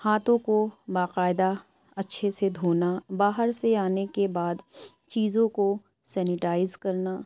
ہاتھوں کو باقاعدہ اچھے سے دھونا باہر سے آنے کے بعد چیزوں کو سینیٹائز کرنا